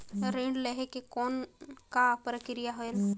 ऋण लहे के कौन का प्रक्रिया होयल?